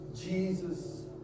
Jesus